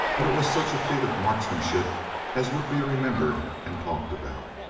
but it was such a feat of marksmanship as would be remembered and talked about.